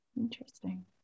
Interesting